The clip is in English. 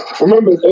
Remember